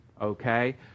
okay